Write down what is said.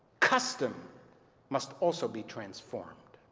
custom must also be transformed.